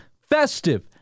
festive